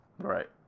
right